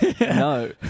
no